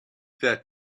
that